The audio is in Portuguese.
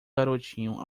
garotinho